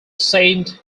saint